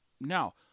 Now